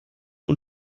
und